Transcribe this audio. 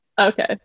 Okay